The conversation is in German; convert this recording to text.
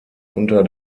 unter